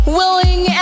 willing